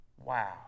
Wow